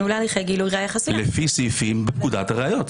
נילי, לשיקולכם.